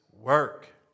work